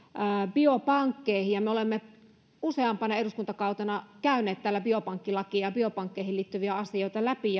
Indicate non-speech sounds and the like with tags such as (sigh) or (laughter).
biopankkeihin me olemme useampana eduskuntakautena käyneet täällä biopankkilakia ja biopankkeihin liittyviä asioita läpi (unintelligible)